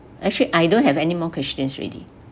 actually I don't have any more questions already